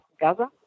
Gaza